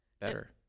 better